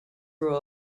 rule